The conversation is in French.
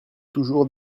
toujours